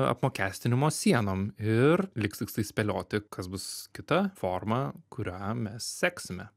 apmokestinimo sienom ir liks tiktai spėlioti kas bus kita forma kurią mes seksime